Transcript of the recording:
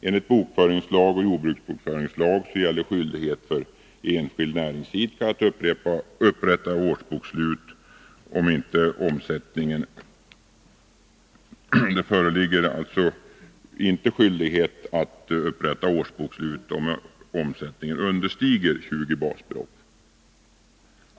Enligt bokföringslagen och jordbruksbokföringslagen gäller skyldighet för enskild näringsidkare att upprätta årsbokslut om inte omsättningen understiger 20 basbelopp.